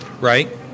Right